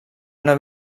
una